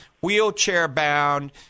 wheelchair-bound